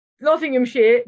nottinghamshire